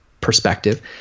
perspective